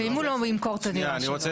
ואם הוא לא ימכור את הדירה שלו?